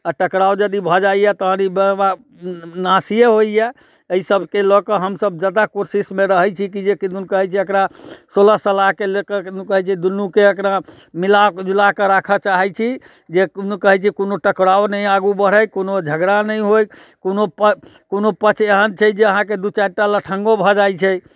आओर टकराव यदी भऽ जाइए तहन ई बड़बा नासिये होइए अइ सबके लऽ कऽ हमसब जादा कोशिशमे रहै छी की जे किदुन कहै छै एकरा सोलह सलाहके लेकर किदुन कहै छै दुन्नूके एकरा मिला जुला कऽ राखऽ चाहै छी जे किदुन कहै छै कोनो टकराव नहि आगू बढ़ै कोनो झगड़ा नहि होइ कोनो पक्ष कोनो पक्ष एहन छै जे अहाँके दू चारिटा लण्ठगो भऽ जाइ छै